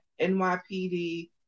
NYPD